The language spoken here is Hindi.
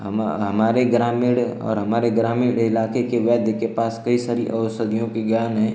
हम हमारे ग्रामीण और हमारे ग्रामीण इलाके के वैद्य के पास कई सारी औषधियों के ज्ञान हैं